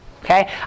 okay